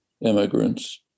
immigrants